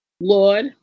Lord